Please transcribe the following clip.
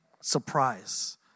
surprise